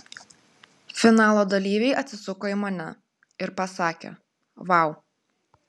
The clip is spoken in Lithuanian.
finalo dalyviai atsisuko į mane ir pasakė vau